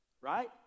right